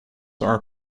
are